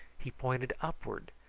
he pointed upward,